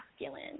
masculine